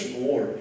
more